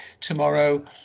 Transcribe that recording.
tomorrow